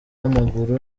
w’amaguru